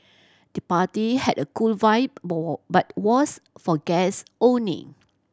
the party had a cool vibe but was for guest only